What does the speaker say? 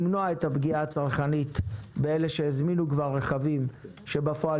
למנוע את הפגיעה הצרכנית באלה שהזמינו כבר רכבים שבפועל